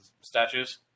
statues